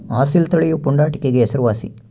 ಅಸೀಲ್ ತಳಿಯು ಪುಂಡಾಟಿಕೆಗೆ ಹೆಸರುವಾಸಿ